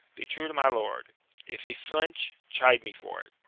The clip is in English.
be true to my lord if he flinch, chide me for it.